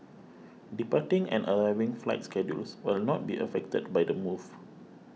departing and arriving flight schedules will not be affected by the move